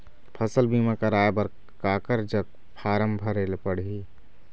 फसल बीमा कराए बर काकर जग फारम भरेले पड़ही?